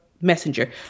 messenger